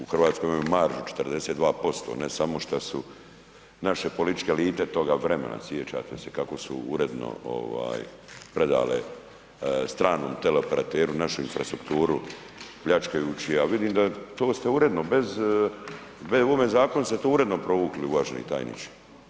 U Hrvatskoj imaju maržu 42% ne samo što su naše političke elite toga vremena sijećate se kako su uredno ovaj predale stranom teleoperateru našu infrastrukturu pljačkajući je, a vidim da to ste uredno bez, u ovome zakonu ste to uredno provuki uvaženi tajniče.